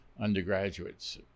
undergraduates